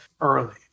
early